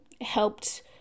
helped